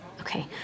Okay